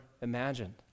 imagined